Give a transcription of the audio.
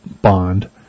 Bond